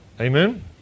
Amen